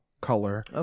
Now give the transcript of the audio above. color